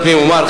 ללימודים.